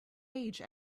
age